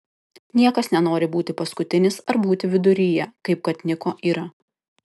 niekas nenori būti paskutinis ar būti viduryje kaip kad niko yra